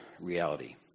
reality